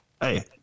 Hey